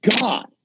God